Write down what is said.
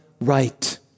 right